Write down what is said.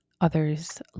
others